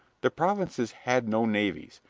the provinces had no navies,